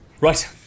Right